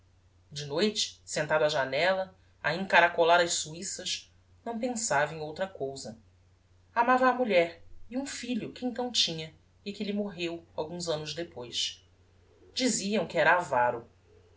de noite sentado á janella a encaracolar as suiças não pensava em outra cousa amava a mulher e um filho que então tinha e que lhe morreu alguns annos depois diziam que era avaro